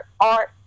art